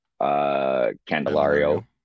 Candelario